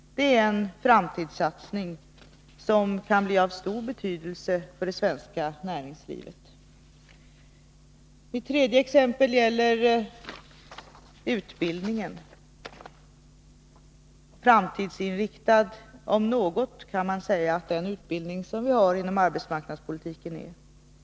Det är en framtidssatsning som kan bli av stor betydelse för det svenska näringslivet. För det tredje: Det gäller utbildningen. Framtidsinriktad om något kan man säga att den utbildning är som vi har inom arbetsmarknadspolitiken.